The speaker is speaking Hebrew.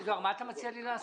מה אתה מציע לי לעשות?